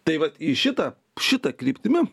tai vat į šitą šita kryptimi